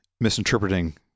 misinterpreting